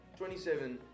27